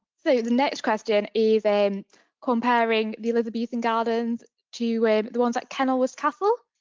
so the next question is and comparing the elizabethan gardens to ah the ones that kenilworth castle,